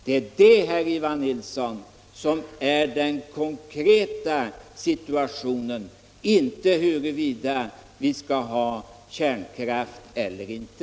Det är det, herr Nilsson, som är den konkreta situationen och inte huruvida vi skall ha kärnkraft eller inte.